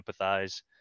empathize